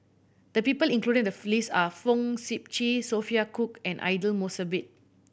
the people included in the list are Fong Sip Chee Sophia Cooke and Aidli Mosbit